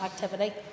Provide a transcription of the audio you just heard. activity